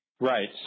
Right